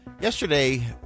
Yesterday